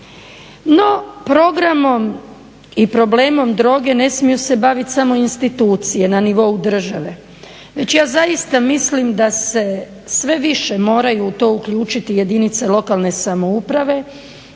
No, programom i problemom droge ne smiju se bavit samo institucije na nivou države, već ja zaista mislim da se sve više moraju u to uključiti jedinice lokalne samouprave,